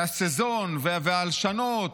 והסזון, והלשנות.